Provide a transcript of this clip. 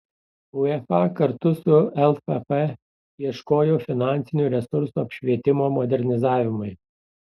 uefa kartu su lff ieškojo finansinių resursų apšvietimo modernizavimui